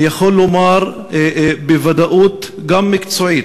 אני יכול לומר בוודאות, גם מקצועית,